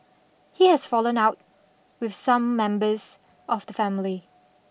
he has fallen out with some members of the family